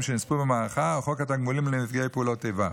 שנספו במערכה או חוק התגמולים לנפגעי פעולות איבה